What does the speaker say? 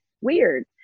weird